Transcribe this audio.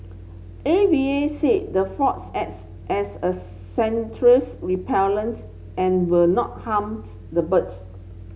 A V A said the fogs acts as a sensory repellent and will not harm the birds